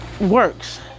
works